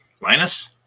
Linus